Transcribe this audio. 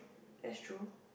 that's true